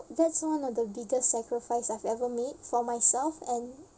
that's one of the biggest sacrifice I've ever made for myself and